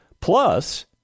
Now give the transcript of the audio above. Plus